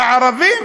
הערבים,